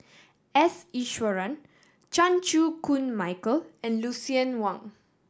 S Iswaran Chan Chew Koon Michael and Lucien Wang